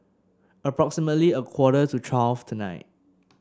approximately a quarter to twelve tonight